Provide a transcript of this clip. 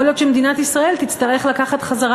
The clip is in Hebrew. יכול להיות שמדינת ישראל תצטרך לקחת חזרה